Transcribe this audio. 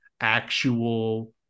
actual